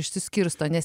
išsiskirsto nes